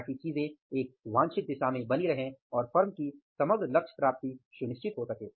ताकि चीजें एक वांछित दिशा में बनी रहें और फर्म की समग्र लक्ष्य प्राप्ति सुनिश्चित हो सके